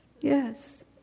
yes